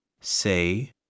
say